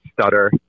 stutter